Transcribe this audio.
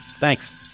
thanks